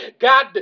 God